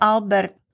Albert